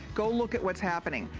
go look at what's happening.